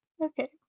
okay